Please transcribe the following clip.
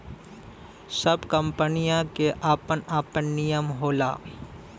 सब कंपनीयन के आपन आपन नियम होला